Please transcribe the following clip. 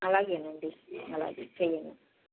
అలాగే నండి అలాగే చెయ్యండి